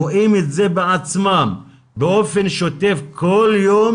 רואים את זה בעצמם באופן שוטף כל יום,